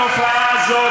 התופעה הזאת,